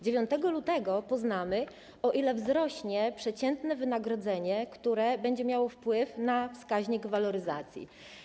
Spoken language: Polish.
9 lutego poznamy, o ile wzrośnie przeciętne wynagrodzenie, które będzie miało wpływ na wskaźnik waloryzacji.